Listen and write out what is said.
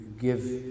give